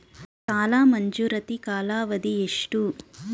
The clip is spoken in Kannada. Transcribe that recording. ಸಾಲ ಮಂಜೂರಾತಿ ಕಾಲಾವಧಿ ಎಷ್ಟು?